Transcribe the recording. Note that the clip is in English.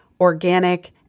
organic